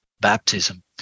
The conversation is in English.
baptism